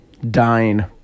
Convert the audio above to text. dying